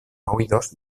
oídos